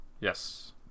yes